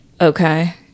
Okay